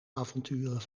avonturen